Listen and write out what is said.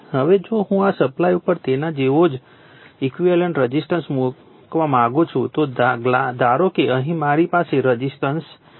હવે જો હું આ સપ્લાય ઉપર તેના જેવો જ ઈક્વિવેલન્ટ રઝિસ્ટન્સ મૂકવા માગું છું તો ધારો કે અહીં મારી પાસે રઝિસ્ટન્સ છે